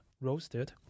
roasted